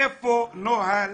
איפה נוהל